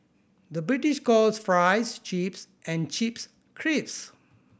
the British calls fries chips and chips crisps